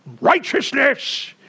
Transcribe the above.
righteousness